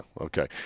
Okay